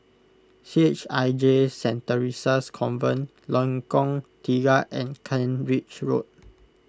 C H I J Saint theresa's Convent Lengkong Tiga and Kent Ridge Road